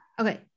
Okay